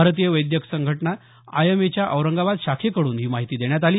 भारतीय वैद्यक संघटना आयएमएच्या औरंगाबाद शाखेकडून ही माहिती देण्यात आली